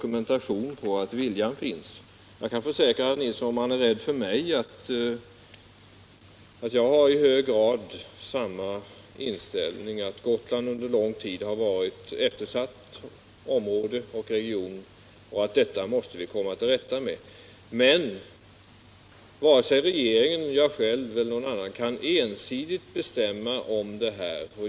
Om det är mig herr Nilsson är orolig för, kan jag försäkra honom att jag i hög grad har samma inställning som de andra statsråden, nämligen att Gotland under lång tid har varit en eftersatt region och att vi måste komma till rätta med det som släpar efter. Men varken regeringen, jag själv eller någon annan kan ensidigt bestämma om detta.